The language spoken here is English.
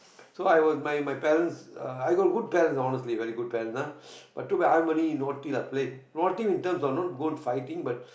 so I was my my parents uh I got good parents you know honestly very good parents ah but too bad I'm only naughty play naughty in terms of not go and fighting but